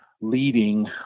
leading